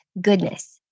goodness